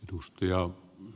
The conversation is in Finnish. dusty ja